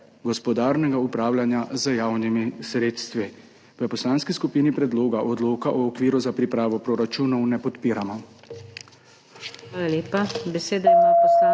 gospodarnega upravljanja z javnimi sredstvi. V Poslanski skupini predloga odloka o okviru za pripravo proračunov ne podpiramo.